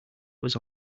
was